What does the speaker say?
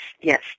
yes